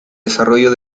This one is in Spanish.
desarrollo